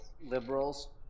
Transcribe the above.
Liberals